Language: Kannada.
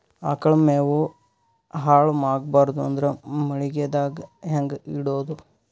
ಆಕಳ ಮೆವೊ ಹಾಳ ಆಗಬಾರದು ಅಂದ್ರ ಮಳಿಗೆದಾಗ ಹೆಂಗ ಇಡೊದೊ?